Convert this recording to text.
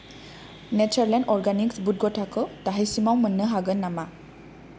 Natureland Organics बुद ग'थाखौ दाहायसिमाव मोननो हागोन नामा